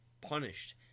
punished